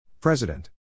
President